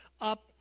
up